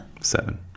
Seven